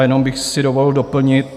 Jenom bych si dovolil doplnit.